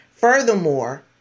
Furthermore